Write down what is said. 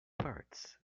parts